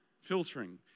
filtering